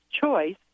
choice